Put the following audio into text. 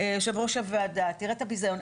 יושב-ראש הוועדה, תראה את הביזיון.